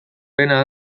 pena